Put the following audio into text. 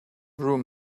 room